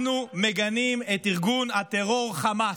אנחנו מגנים את ארגון הטרור חמאס,